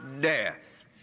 death